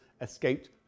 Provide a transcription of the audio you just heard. escaped